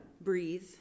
Breathe